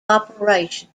operation